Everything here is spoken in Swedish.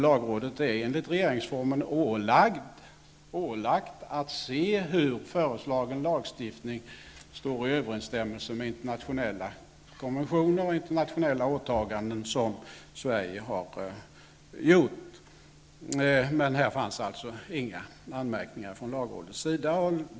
Lagrådet är enligt regeringsformen ålagt att se på hur föreslagen lagstiftning står i överensstämmelse med internationella konventioner och åtaganden som Sverige har gjort. Här fanns alltså inga anmärkningar från lagrådets sida.